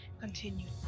continued